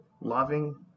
loving